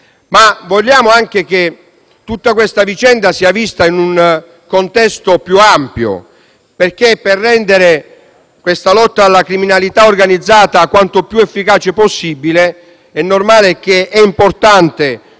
Vogliamo anche che tutta questa vicenda sia vista in un contesto più ampio, perché per rendere la lotta alla criminalità organizzata quanto più efficace possibile è importante